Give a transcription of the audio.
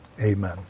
Amen